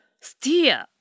steer